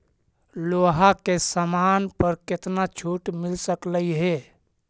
लोहा के समान पर केतना छूट मिल सकलई हे